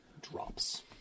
Drops